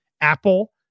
Apple